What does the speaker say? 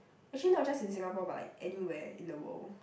actually not just in Singapore but like anywhere in the world